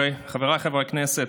חבריי חברי הכנסת,